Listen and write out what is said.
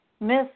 Miss